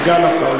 סגן השר.